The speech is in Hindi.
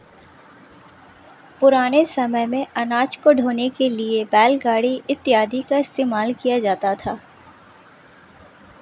पुराने समय मेंअनाज को ढोने के लिए बैलगाड़ी इत्यादि का इस्तेमाल किया जाता था